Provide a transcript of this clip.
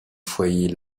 foyer